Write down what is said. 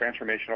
transformational